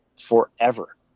forever